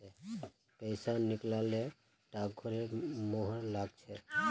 पैसा निकला ल डाकघरेर मुहर लाग छेक